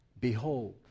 Behold